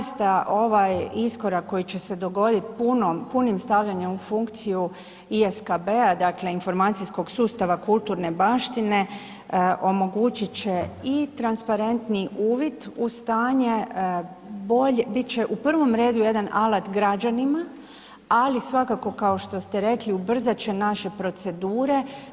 Zaista ovaj iskorak koji će se dogoditi punim stavljanjem u funkciju i ISKB-a dakle Informacijskog sustava kulturne baštine omogućit će i transparentni uvid u stanje, bit će u prvom redu jedan alat građanima, ali svakako kao što ste rekli ubrzat će naše procedure.